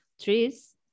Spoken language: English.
trees